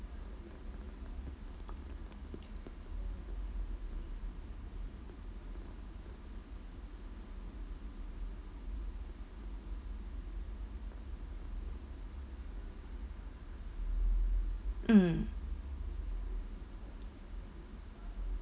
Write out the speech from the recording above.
mm